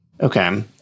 Okay